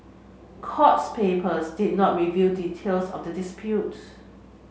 courts papers did not reveal details of the disputes